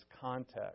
context